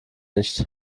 nicht